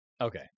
Okay